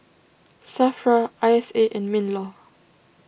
Safra I S A and MinLaw